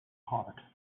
hot